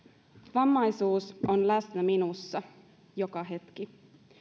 vammaisuus on läsnä minussa joka hetki